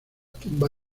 tumba